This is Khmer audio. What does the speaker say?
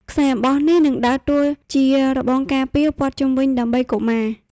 ខ្សែអំបោះនេះនឹងដើរតួជា របងការពារ ព័ទ្ធជុំវិញដើម្បីកុមារ។